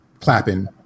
Clapping